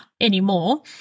anymore